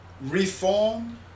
reform